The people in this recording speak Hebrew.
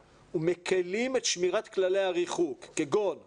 ומקלים את שמירת כללי הריחוק כגון מוזיאונים,